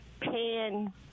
pan